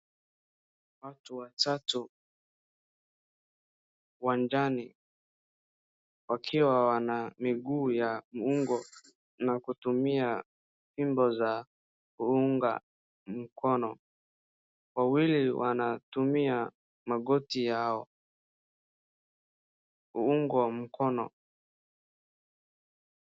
Watu watatu uwanjani wakiwa wana miguu ya ungo na kutumia fimbo za unga mkono. Wawili wanatumia magoti ya unga mkono.